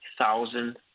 thousand